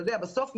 בסוף,